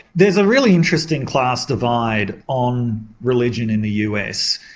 there's a really interesting class divide on religion in the us.